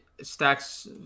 stacks